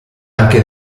anche